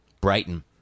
Brighton